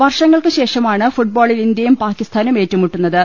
വർഷ ങ്ങൾക്കുശേഷമാണ് ഫുട്ബോളിൽ ഇന്ത്യയും പാകിസ്താനും ഏറ്റുമുട്ടു ന്നത്